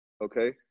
Okay